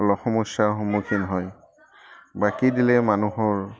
অলপ সমস্যাৰ সন্মুখীন হয় বাকী দিলে মানুহৰ